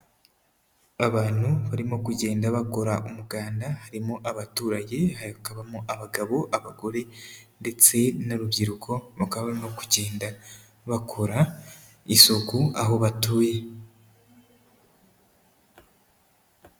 Abantu barimo kugenda bakora umuganda, harimo abaturage, hakabamo abagabo, abagore, ndetse n'urubyiruko, bakaba barimo kugenda bakora isuku, aho batuye.